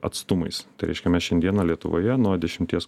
atstumais tai reiškia mes šiandieną lietuvoje nuo dešimties